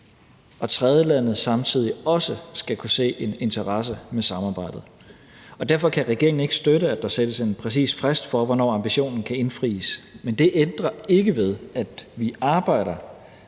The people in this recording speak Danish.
og tredjelandet samtidig også skal kunne se en interesse i samarbejdet. Derfor kan regeringen ikke støtte, at der sættes en præcis frist for, hvornår ambitionen kan indfries, men det ændrer ikke ved, at vi arbejder